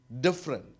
different